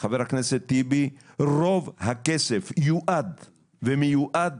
ח"כ טיבי רוב הכסף יועד ומיועד